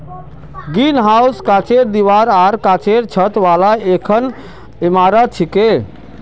greenhouse कांचेर दीवार आर कांचेर छत वाली एकखन इमारत छिके